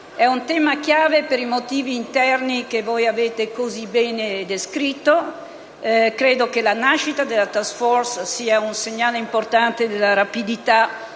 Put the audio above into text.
è un tema chiave per i motivi interni che voi avete così bene descritto. Credo che la nascita di una *task force* sia un segnale importante della rapidità